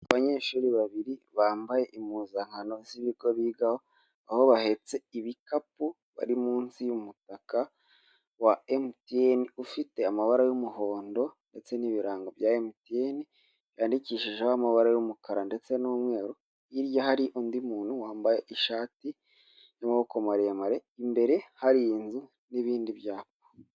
Abanyeshuri babiri bambaye impuzankano z'ibigo bigaho, aho bahetse ibikapu bari munsi y'umutaka wa MTN, ufite amabara y'umuhondo ndetse n'ibirango bya MTN, yandikishijeho amabara y'umukara ndetse n'umweru, hirya hari undi muntu wambaye ishati y'amaboko maremare, imbere hari inzu n'ibindi byapa.